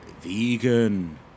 vegan